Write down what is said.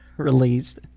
released